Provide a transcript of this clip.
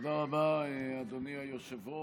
תודה רבה, אדוני היושב-ראש.